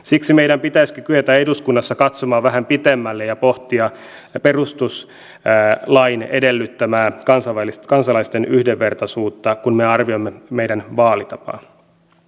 siksi meidän pitäisikin kyetä eduskunnassa katsomaan vähän pitemmälle ja pohtia perustuslain edellyttämää kansalaisten yhdenvertaisuutta kun me arvioimme meidän vaalitapaa